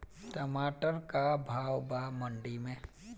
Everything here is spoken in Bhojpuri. टमाटर का भाव बा मंडी मे?